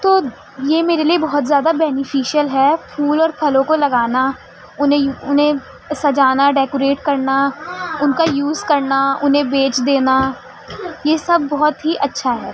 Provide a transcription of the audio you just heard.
تو یہ میرے لیے بہت زیادہ بینیفیشیل ہے پھول اور پھلوں کو لگانا انہیں انہیں سجانا ڈیکوریٹ کرنا ان کا یوز کرنا انہیں بیچ دینا یہ سب بہت ہی اچھا ہے